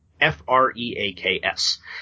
F-R-E-A-K-S